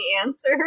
answer